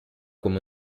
come